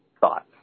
thoughts